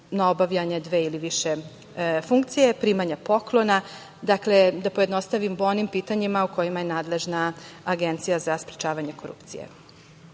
na obavljanje dve ili više funkcija, primanja poklona. Dakle, da pojednostavim, o onim pitanjima o kojima je nadležna Agencija za sprečavanje korupcije. Predlaže